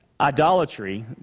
idolatry